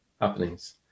happenings